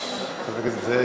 ששש, חבר הכנסת זאב.